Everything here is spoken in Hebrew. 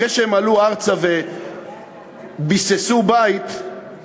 אחרי שהם עלו ארצה וביססו בית בפריפריה.